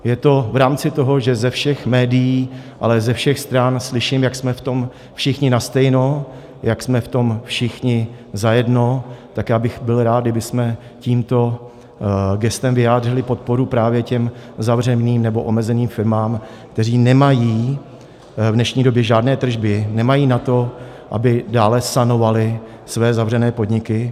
Je to v rámci toho, že ze všech médií a ze všech stran slyším, jak jsme v tom všichni nastejno, jak jsme v tom všichni zajedno, tak bych byl rád, kdybychom tímto gestem vyjádřili podporu právě těm uzavřeným nebo omezeným firmám, které nemají v dnešní době žádné tržby, nemají na to, aby dále sanovaly své zavřené podniky.